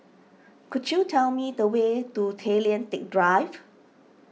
could you tell me the way to Tay Lian Teck Drive